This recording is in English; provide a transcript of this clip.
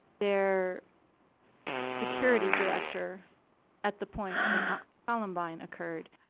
their security director at the point when columbine occurred.